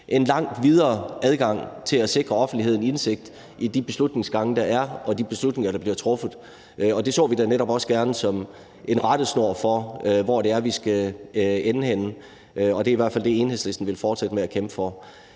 langt videre adgang til at sikre offentligheden indsigt i de beslutningsgange, der er, og de beslutninger, der bliver truffet. Og det så vi netop også gerne som en rettesnor for, hvor vi skal ende henne. Det er i hvert fald det, Enhedslisten vil fortsætte med at kæmpe for.